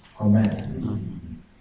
Amen